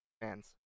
fans